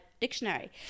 dictionary